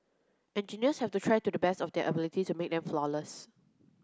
engineers have to try to the best of their ability to make them flawless